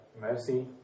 mercy